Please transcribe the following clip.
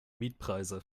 mietpreise